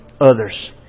others